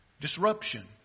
disruption